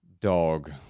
Dog